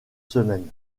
semaines